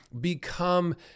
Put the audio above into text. become